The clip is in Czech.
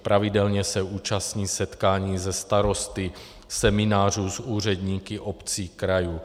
Pravidelně se účastní setkání se starosty, seminářů s úředníky obcí, krajů.